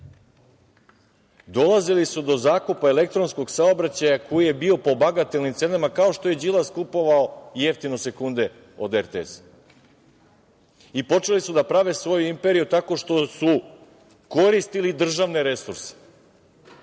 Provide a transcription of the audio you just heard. Dolazili su do zakupa elektronskog saobraćaja koji je bio po bagatelnim cenama, kao što je Đilas kupovao jeftino sekunde od RTS i počeli su da prave svoju imperiju tako što su koristili državne resurse